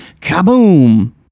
kaboom